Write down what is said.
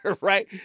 right